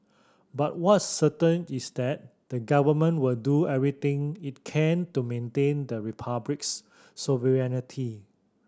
but what's certain is that the government will do everything it can to maintain the Republic's sovereignty